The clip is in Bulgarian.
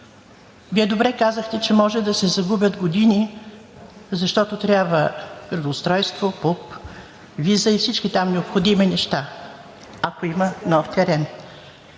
Вие, добре казахте, че може да се загубят години, защото трябва градоустройство, ПУП, виза и всички там необходими неща, ако има нов терен.